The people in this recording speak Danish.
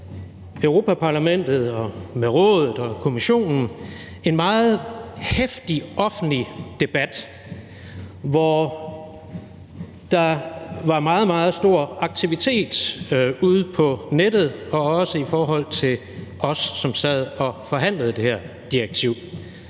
i Europa-Parlamentet og med Rådet og Kommissionen en meget heftig offentlig debat, hvor der var meget, meget stor aktivitet ude på nettet og også i forhold til os, som sad og forhandlede det her direktiv.